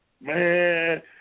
Man